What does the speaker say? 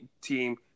team